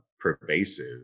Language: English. pervasive